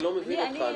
אני לא מבין אותך,